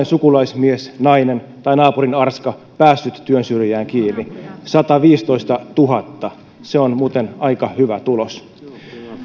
sukulaismies tai nainen tai naapurin arska päässyt työn syrjään kiinni sataviisitoistatuhatta se on muuten aika hyvä tulos